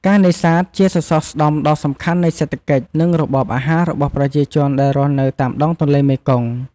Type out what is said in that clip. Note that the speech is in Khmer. ការនេសាទ ជាសសរស្តម្ភដ៏សំខាន់នៃសេដ្ឋកិច្ច និងរបបអាហាររបស់ប្រជាជនដែលរស់នៅតាមដងទន្លេមេគង្គ។